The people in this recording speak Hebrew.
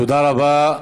תודה רבה.